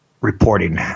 reporting